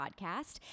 podcast